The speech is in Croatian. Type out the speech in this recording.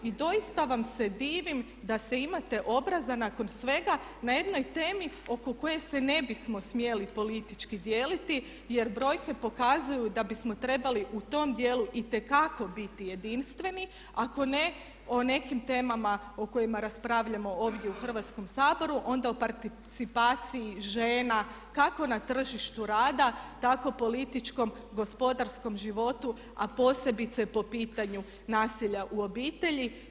I doista vam se divim da imate obraza nakon svega na jednoj temi oko koje se ne bismo smjeli politički dijeliti jer brojke pokazuju da bismo trebali u tom dijelu itekako biti jedinstveni, ako ne o nekim temama o kojima raspravljamo ovdje u Hrvatskom saboru, onda o participaciji žena kako na tržištu rada tako političkom, gospodarskom životu a posebice po pitanju nasilja u obitelji.